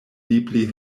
deeply